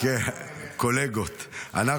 כן, זה נכון.